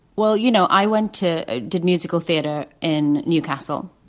well, you know, i went to did musical theatre in newcastle.